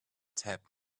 tab